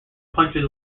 punches